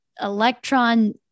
electron